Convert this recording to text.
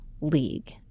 league